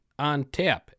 ONTAP